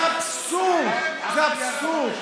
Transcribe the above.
זה אבסורד, זה אבסורד.